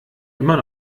immer